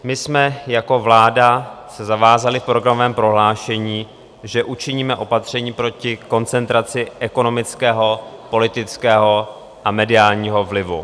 My jsme se jako vláda zavázali v programovém prohlášení, že učiníme opatření proti koncentraci ekonomického, politického a mediálního vlivu.